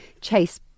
chase